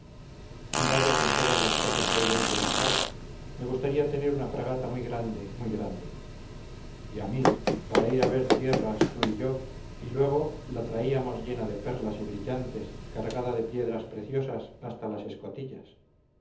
vaya con todas las cosas que hay dentro de un barco me gustaría tener una fragata muy grande muy grande y a mí para ir a ver tierras tú y yo y luego la traíamos llena de perlas y brillantes cargada de piedras preciosas hasta las escotillas